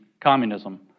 communism